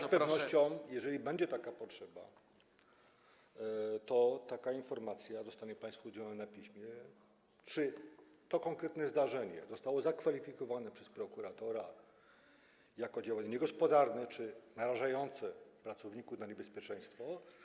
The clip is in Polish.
Z pewnością, jeżeli będzie taka potrzeba, taka informacja zostanie państwu udzielona na piśmie, czy to konkretne zdarzenie zostało zakwalifikowane przez prokuratora jako działanie niegospodarne czy narażające pracowników na niebezpieczeństwo.